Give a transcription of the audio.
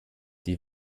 die